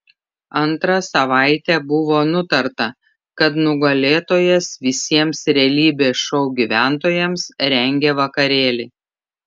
antrą savaitę buvo nutarta kad nugalėtojas visiems realybės šou gyventojams rengia vakarėlį